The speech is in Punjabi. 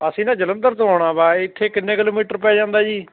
ਅਸੀਂ ਤਾਂ ਜਲੰਧਰ ਤੋਂ ਆਉਣਾ ਵਾ ਇੱਥੇ ਕਿੰਨੇ ਕਿਲੋਮੀਟਰ ਪੈ ਜਾਂਦਾ ਜੀ